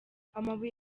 amabuye